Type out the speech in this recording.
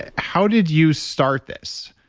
ah how did you start this?